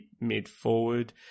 mid-forward